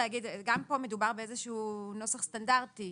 גם כאן מדובר באיזשהו נוסח סטנדרטי.